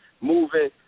moving